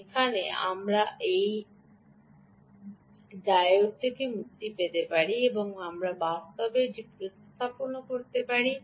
যেখানে আমরা এই ডায়োড থেকে মুক্তি পেতে পারি এবং আমরা বাস্তবে এটি প্রতিস্থাপন করতে পারি